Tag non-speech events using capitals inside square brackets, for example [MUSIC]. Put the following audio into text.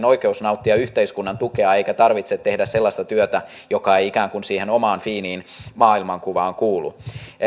[UNINTELLIGIBLE] oikeus nauttia yhteiskunnan tukea eikä tarvitse tehdä sellaista työtä joka ei ikään kuin siihen omaan fiiniin maailmankuvaan kuulu